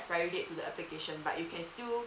expiry date to the application but you can still